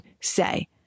say